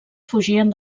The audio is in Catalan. fugien